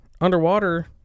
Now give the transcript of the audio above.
Underwater